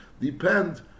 depend